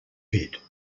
bit